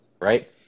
Right